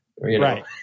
Right